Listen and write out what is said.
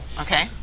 Okay